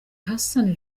hassan